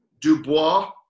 Dubois